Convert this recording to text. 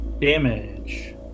Damage